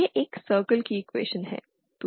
यह एक सर्किल की इक्वेशन है